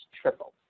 tripled